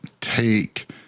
take